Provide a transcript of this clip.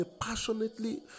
passionately